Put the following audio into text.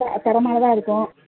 sir தரமானதாக இருக்கும்